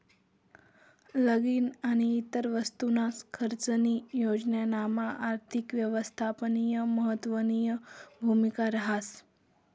लगीन आणि इतर वस्तूसना खर्चनी योजनामा आर्थिक यवस्थापननी महत्वनी भूमिका रहास